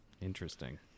Interesting